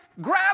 Grab